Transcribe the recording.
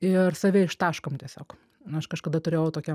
ir save ištaškom tiesiog aš kažkada turėjau tokią